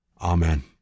Amen